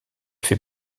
fait